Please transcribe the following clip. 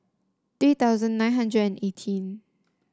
three thousand nine hundred and eighteen